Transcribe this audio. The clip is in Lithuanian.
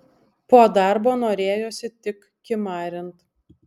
po darbo norėjosi tik kimarint